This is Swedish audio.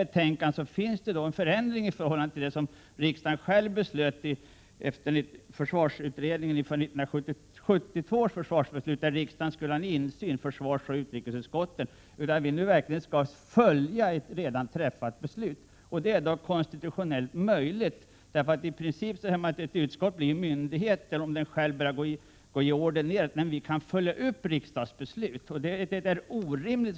I betänkandet föreslås en utökning i förhållande till vad riksdagen själv beslöt efter förslag från 1970 års försvarsutredning inför 1972 års försvarsbeslut, enligt vilket riksdagen skulle ha insyn genom att försvarsoch utrikesutskotten fick information om försvarsplaneringen. Vi skall nu verkligen följa upp ett redan fattat beslut, 61 nämligen fjorårets försvarsbeslut i dess förverkligande. Det är konstitutionellt möjligt; i princip är det så att ett utskott blir en myndighet om det självt börjar ge order nedåt, men vi kan följa upp riksdagsbeslut, och det är nödvändigt.